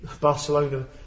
Barcelona